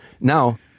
now